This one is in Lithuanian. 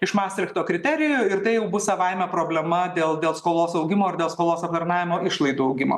iš mastrichto kriterijų ir tai jau bus savaime problema dėl dėl skolos augimo ir dėl skolos aptarnavimo išlaidų augimo